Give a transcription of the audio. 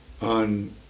on